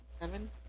Seven